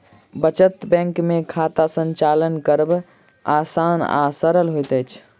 बचत बैंक मे खाता संचालन करब आसान आ सरल होइत छै